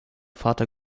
vater